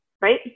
right